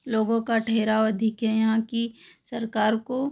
लोगों का ठहराव अधिक है यहाँ की सरकार को